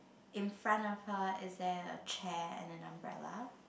in front of her is there a chair and an umbrella